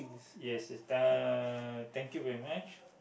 yes yes the thank you very much